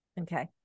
Okay